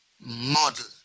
Model